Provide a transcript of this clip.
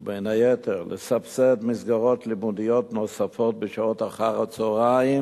ובין היתר לסבסד מסגרות לימודיות נוספות בשעות אחר-הצהריים